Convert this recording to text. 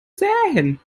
sähen